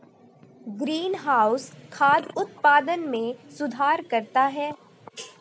greenhouse खाद्य उत्पादन में सुधार करता है